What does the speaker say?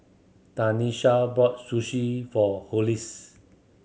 Tanesha bought Sushi for Hollis